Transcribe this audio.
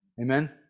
Amen